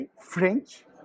French